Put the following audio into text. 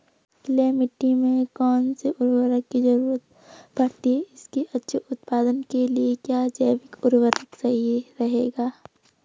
Clay मिट्टी में कौन से उर्वरक की जरूरत पड़ती है इसके अच्छे उत्पादन के लिए क्या जैविक उर्वरक सही रहेगा?